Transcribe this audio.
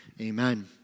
Amen